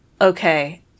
Okay